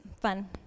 fun